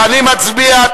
ואני מצביע.